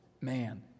man